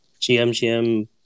GMGM